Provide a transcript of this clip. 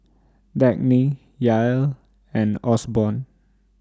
Dagny Yael and Osborne